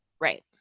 right